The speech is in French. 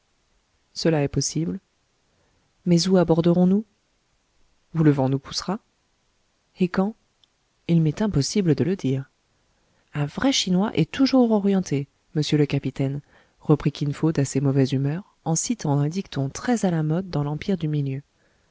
cela est possible mais où aborderons nous où le vent nous poussera et quand il m'est impossible de le dire un vrai chinois est toujours orienté monsieur le capitaine reprit kin fo d'assez mauvaise humeur en citant un dicton très à la mode dans l'empire du milieu